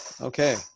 Okay